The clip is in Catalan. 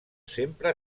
sempre